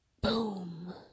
Boom